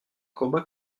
combat